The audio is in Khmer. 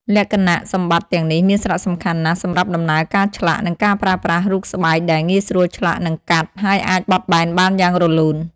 លក្ខណៈសម្បត្តិទាំងនេះមានសារៈសំខាន់ណាស់សម្រាប់ដំណើរការឆ្លាក់ និងការប្រើប្រាស់រូបស្បែកដែល ងាយស្រួលឆ្លាក់ និងកាត់ ហើយអាចបត់បែនបានយ៉ាងរលូន។